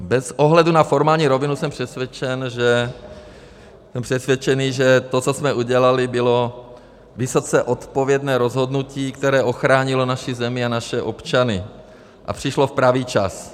Bez ohledu na formální rovinu jsem přesvědčený, že to, co jsme udělali, bylo vysoce odpovědné rozhodnutí, které ochránilo naši zemi a naše občany a přišlo v pravý čas.